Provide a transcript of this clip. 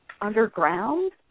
underground